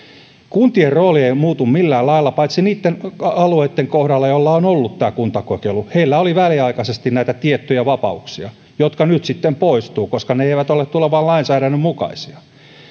kuntien rooli ei muutu millään lailla paitsi niitten alueitten kohdalla joilla on ollut tämä kuntakokeilu heillä oli väliaikaisesti näitä tiettyjä vapauksia jotka nyt sitten poistuvat koska ne eivät ole tulevan lainsäädännön mukaisia tämä